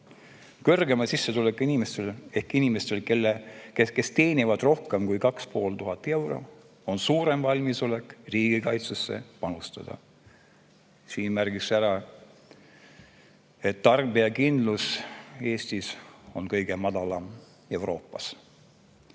Kõrgema sissetulekuga inimestel ehk inimestel, kes teenivad rohkem kui 2500 eurot, on suurem valmisolek riigikaitsesse panustada. Siin märgiksin ära, et tarbijakindlus Eestis on kõige madalam Euroopas.